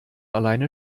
alleine